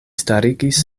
starigis